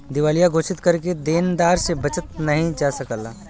दिवालिया घोषित करके देनदार से बचल नाहीं जा सकला